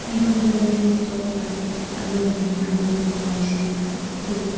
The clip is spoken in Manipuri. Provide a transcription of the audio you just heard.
ꯑꯩꯉꯣꯟꯗ ꯉꯁꯤ ꯏꯁꯇꯣꯛ ꯃꯥꯔꯀꯦꯠꯀꯤ ꯑꯅꯧꯕꯒꯤ ꯑꯅꯧꯕ ꯄꯥꯎꯁꯤꯡ ꯊꯥꯔꯛꯎ